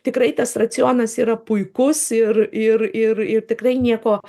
tikrai tas racionas yra puikus ir ir ir ir tikrai nieko